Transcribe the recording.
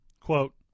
quote